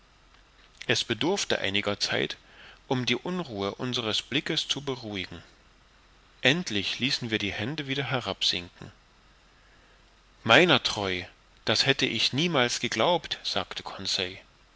es bedurfte einiger zeit um die unruhe unseres blickes zu beruhigen endlich ließen wir die hände wieder herabsinken meiner treu das hätte ich niemals geglaubt sagte